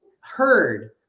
heard